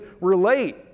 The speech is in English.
relate